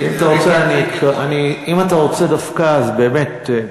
אם אתה רוצה דווקא, אז באמת,